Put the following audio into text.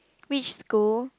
which school